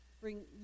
bring